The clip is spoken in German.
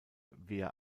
wehr